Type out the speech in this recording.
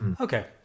okay